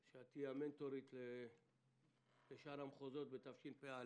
שאת תהיי המנטורית לשאר המחוזות בתשפ"א.